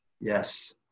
yes